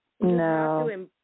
no